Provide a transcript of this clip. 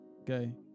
okay